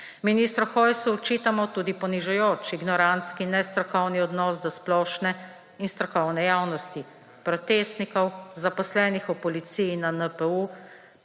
Ministru Hojsu očitamo tudi ponižujoč, ignorantski in nestrokoven odnos do splošne in strokovne javnosti, protestnikov, zaposlenih v policiji in na NPU,